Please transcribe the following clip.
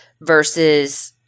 versus